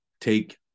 take